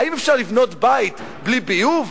האם אפשר לבנות בית בלי ביוב?